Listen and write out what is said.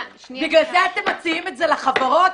בגלל זה אתם מציעים את זה לחברות?